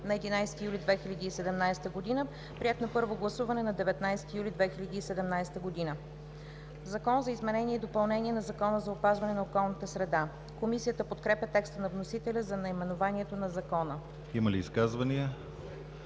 на 11 юли 2017 г., приет на първо гласуване на 19 юли 2017 г. „Закон за изменение и допълнение на Закона за опазване на околната среда“. Комисията подкрепя текста на вносителя за наименованието на закона. ПРЕДСЕДАТЕЛ